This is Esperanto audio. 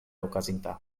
okazinta